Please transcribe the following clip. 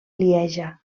lieja